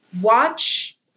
watch